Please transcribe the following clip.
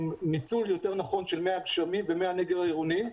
ניצול יותר נכון של מי הגשמים ומי הנגר העירוני,